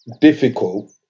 difficult